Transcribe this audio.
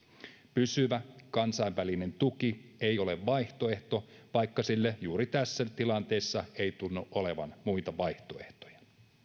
pysyvä kansainvälinen tuki ei ole vaihtoehto vaikka sille juuri tässä tilanteessa ei tunnu olevan muita vaihtoehtoja